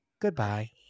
Goodbye